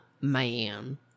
man